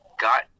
got